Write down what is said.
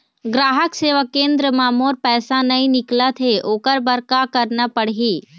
ग्राहक सेवा केंद्र म मोर पैसा नई निकलत हे, ओकर बर का करना पढ़हि?